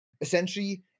essentially